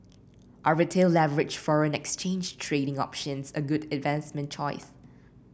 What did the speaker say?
are Retail leveraged foreign exchange trading options a good investment choice